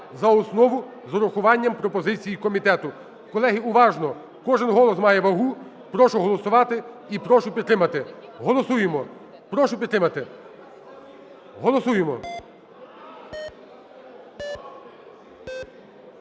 За основу з урахуванням пропозицій комітету. Колеги, уважно. Кожен голос має вагу. Прошу проголосувати і прошу підтримати. Голосуємо. Прошу підтримати. Голосуємо.